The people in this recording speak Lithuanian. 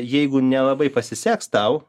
jeigu nelabai pasiseks tau